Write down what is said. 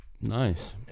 Nice